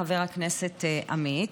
חבר הכנסת עמית,